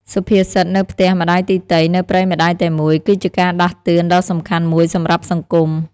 សុភាសិត "នៅផ្ទះម្ដាយទីទៃ នៅព្រៃម្ដាយតែមួយ" គឺជាការដាស់តឿនដ៏សំខាន់មួយសម្រាប់សង្គម។